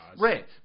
Right